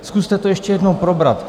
Zkuste to ještě jednou probrat.